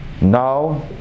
now